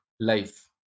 life